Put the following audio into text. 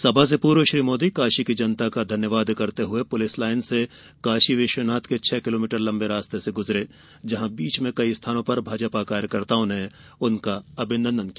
सभो से पूर्व श्री मोदी ने काशी की जनता का धन्यवाद करते हुए पुलिस लाइन से काशी विश्वनाथ के छह किलोमीटर लंबे रास्ते से गुजरेंगे जहां बीच में कई स्थानों पर भाजपा कार्यकर्ता ने उनका अभिनंदन किया